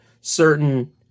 certain